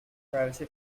privacy